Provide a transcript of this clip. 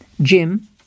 gym